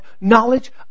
Knowledge